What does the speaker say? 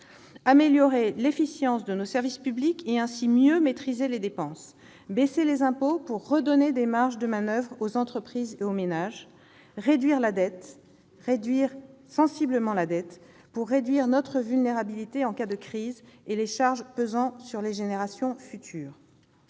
améliorer l'efficience de nos services publics et ainsi mieux maîtriser les dépenses ; baisser les impôts pour redonner des marges de manoeuvre aux entreprises et aux ménages ; réduire sensiblement la dette pour réduire notre vulnérabilité en cas de crise et les charges pesant sur les générations futures.